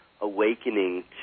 awakening